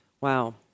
Wow